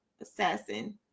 Assassin